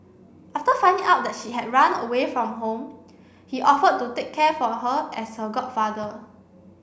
after finding out that she had run away from home he offered to take care for her as her godfather